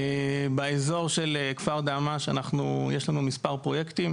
באזור של כפר דהמש יש לנו מספר פרויקטים.